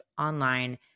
online